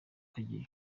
kageyo